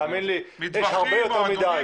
הרבה יותר מדי.